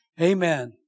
Amen